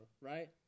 right